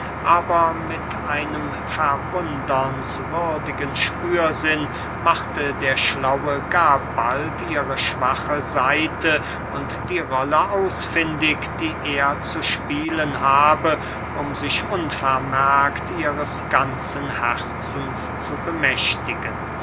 aber mit einem verwundernswürdigen spürsinn machte der schlaue gar bald ihre schwache seite und die rolle ausfindig die er zu spielen habe um sich unvermerkt ihres ganzen herzens zu bemächtigen